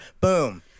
Boom